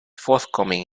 forthcoming